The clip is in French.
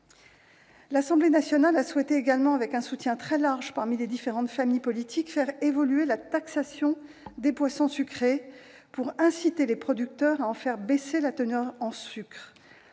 L'Assemblée nationale a également souhaité, avec un soutien très large des différentes familles politiques, faire évoluer la taxation des boissons sucrées pour inciter les producteurs à réduire leur teneur en sucre.